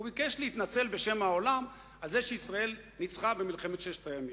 הוא ביקש להתנצל בשם העולם על זה שישראל ניצחה במלחמת ששת הימים.